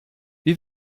wie